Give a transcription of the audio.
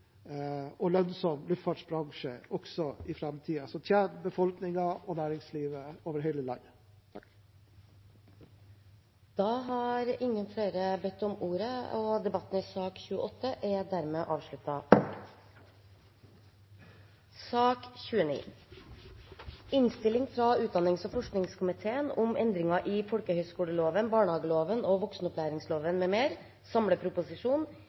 og lønnsom luftfartsbransje også i framtiden, som tjener befolkningen og næringslivet over hele landet. Flere har ikke bedt om ordet til sak nr. 28. Etter ønske fra utdannings- og forskningskomiteen vil presidenten ordne debatten slik: 3 minutter til hver partigruppe og